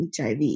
HIV